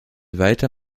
weiter